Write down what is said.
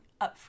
upfront